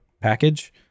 package